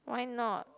why not